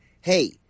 hey